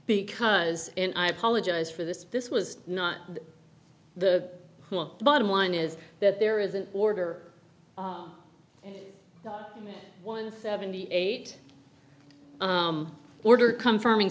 because and i apologize for this this was not the bottom line is that there is an order one seventy eight order come firming